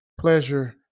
pleasure